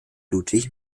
ludwig